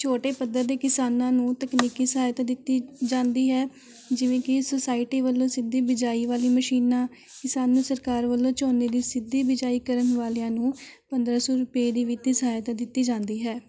ਛੋਟੇ ਪੱਧਰ ਦੇ ਕਿਸਾਨਾਂ ਨੂੰ ਤਕਨੀਕੀ ਸਹਾਇਤਾ ਦਿੱਤੀ ਜਾਂਦੀ ਹੈ ਜਿਵੇਂ ਕਿ ਸੋਸਾਇਟੀ ਵੱਲੋਂ ਸਿੱਧੀ ਬਿਜਾਈ ਵਾਲੀ ਮਸ਼ੀਨਾਂ ਕਿਸਾਨ ਨੂੰ ਸਰਕਾਰ ਵੱਲੋਂ ਝੋਨੇ ਦੀ ਸਿੱਧੀ ਬਿਜਾਈ ਕਰਨ ਵਾਲਿਆਂ ਨੂੰ ਪੰਦਰਾਂ ਸੌ ਰੁਪਏ ਦੀ ਵਿੱਤੀ ਸਹਾਇਤਾ ਦਿੱਤੀ ਜਾਂਦੀ ਹੈ